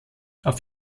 auf